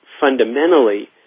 fundamentally